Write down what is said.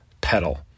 pedal